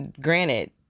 granted